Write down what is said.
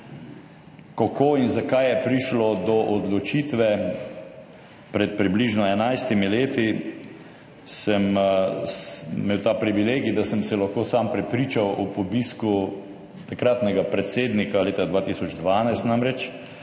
Kako in zakaj je prišlo do odločitve? Pred približno 11 leti sem imel ta privilegij, da sem se lahko sam prepričal ob obisku takratnega predsednika leta 2012,